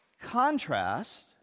contrast